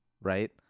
right